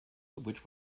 which